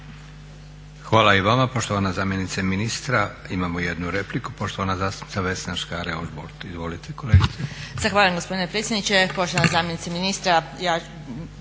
Hvala i vama poštovana zamjenice ministra. Imao jednu repliku. Poštovana zastupnica Vesna Škare-Ožbolt. Izvolite kolegice.